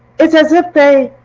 it's as if they